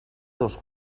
dos